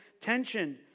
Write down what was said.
tension